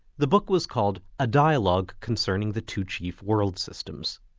the book was called a dialogue concerning the two chief world systems.